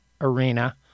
arena